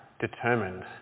determined